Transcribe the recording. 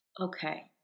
Okay